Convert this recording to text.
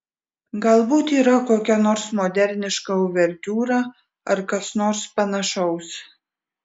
galbūt yra kokia nors moderniška uvertiūra ar kas nors panašaus